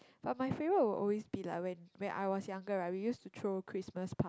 but my favorite will always be like when when I was younger right we used to throw Christmas par~